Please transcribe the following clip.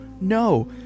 no